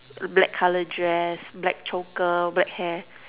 black colour dress black choker black hair